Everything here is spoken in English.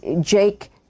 Jake